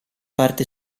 parte